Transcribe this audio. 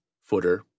footer